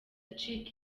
acika